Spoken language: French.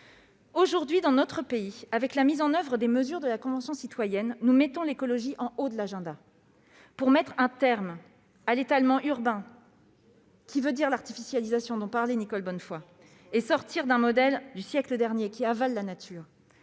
Aujourd'hui, dans notre pays, avec la mise en oeuvre des mesures de la Convention citoyenne, nous mettons l'écologie en haut de l'agenda, pour mettre un terme à l'étalement urbain, à cette « artificialisation » dont Nicole Bonnefoy a parlé, et sortir d'un modèle issu du siècle dernier, qui avale la nature.